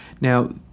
Now